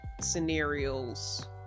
scenarios